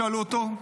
שאלו אותו,